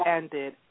ended